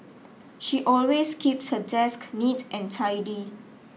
she always keeps her desk neat and tidy